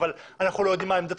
אבל אנחנו לא יודעים מה עמדתכם.